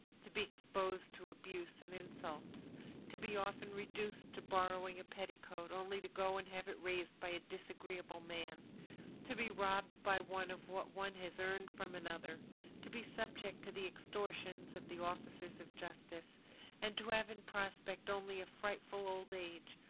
to be exposed to abuse and insults to be often reduced to borrowing a petticoat, only to go and have it raised by a disagreeable man to be robbed by one of what one has earned from another to be subject to the extortions of the officers of justice and to have in prospect only a frightful old age,